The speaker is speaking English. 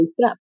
step